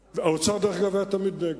האוצר, דרך אגב, היה תמיד נגד.